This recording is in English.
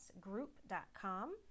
Group.com